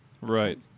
Right